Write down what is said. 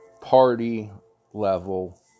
party-level